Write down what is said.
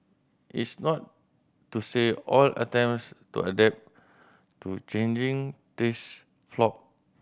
it's not to say all attempts to adapt to changing taste flopped